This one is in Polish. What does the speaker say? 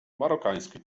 marokański